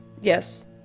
Yes